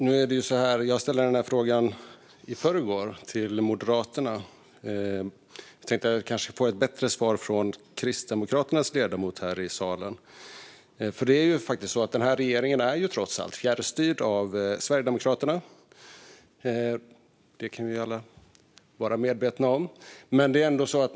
Herr talman! Jag ställde den här frågan till Moderaterna i förrgår. Jag tänkte att jag kanske kunde få ett bättre svar av Kristdemokraternas ledamot här i salen. Men den här regeringen är trots allt fjärrstyrd av Sverigedemokraterna. Detta kan vi alla vara medvetna om.